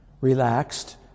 relaxed